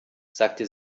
sagte